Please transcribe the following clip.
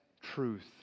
truth